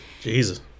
Jesus